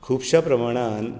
खुबश्या प्रमाणांत